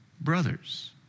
brothers